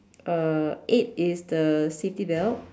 uh eight is the city belt